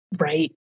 right